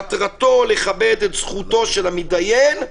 מטרתו לכבד את זכותו של המידיין,